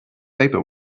paper